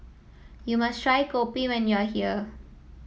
you must try kopi when you are here